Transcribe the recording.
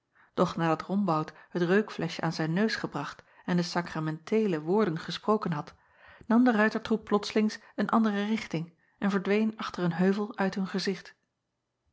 doch nadat ombout het reukfleschje aan zijn neus gebracht en de sakramenteele woorden gesproken had nam acob van ennep laasje evenster delen de ruitertroep plotslings een andere richting en verdween achter een heuvel uit hun gezicht